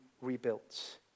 rebuilt